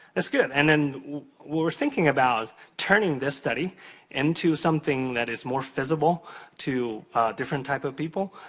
that's good. and then, when we're thinking about turning this study into something that is more visible to different type of people.